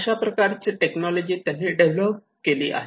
अशा प्रकारचे टेक्नॉलॉजी त्यांनी डेव्हलप केली आहे